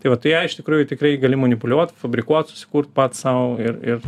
tai va tu ją iš tikrųjų tikrai gali manipuliuot fabrikuot susikurt pats sau ir ir